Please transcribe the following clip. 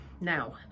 now